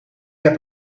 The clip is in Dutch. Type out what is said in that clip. heb